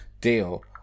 deal